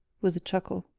with a chuckle.